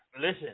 listen